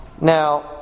Now